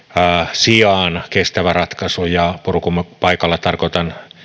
sijaan kestävä ratkaisu ja purukumipaikalla tarkoitan